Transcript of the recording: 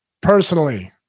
personally